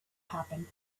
happen